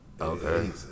okay